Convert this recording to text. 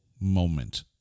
moment